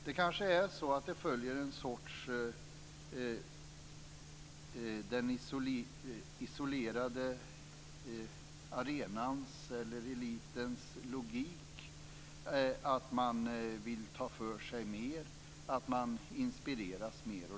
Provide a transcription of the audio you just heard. Det kanske är så att det följer den isolerade arenans eller elitens logik, att man vill ta för sig mer, att man inspireras mer.